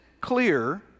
clear